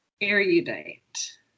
erudite